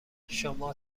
شما